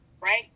Right